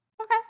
Okay